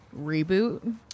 reboot